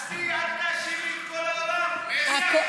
עזבי, אל תאשימי את כל העולם, קחי אחריות.